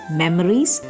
memories